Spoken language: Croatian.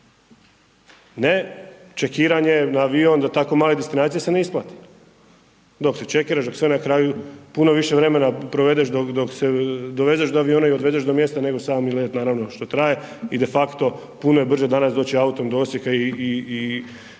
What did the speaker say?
ne čekiranje na avion za tako male destinacije se ne isplati, dok se čekiraš, dok sve na kraju, puno više vremena provedeš dok se dovezeš do aviona i odvezeš do mjesta, nego sami let, naravno, što traje i defakto puno je brže danas doći autom do Osijeka